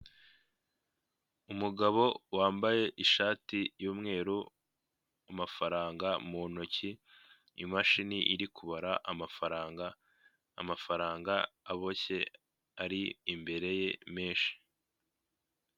Umugabo wambaye ishati y'umweru, amafaranga mu ntoki, imashini iri kubara amafaranga, amafaranga aboshye ari imbere ye menshi.